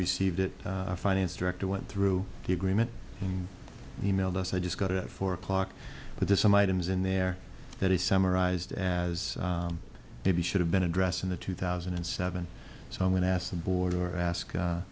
received it finance director went through the agreement and he mailed us i just got it at four o'clock but there's some items in there that is summarized as maybe should have been addressed in the two thousand and seven so i'm going to ask the border ask